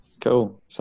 Cool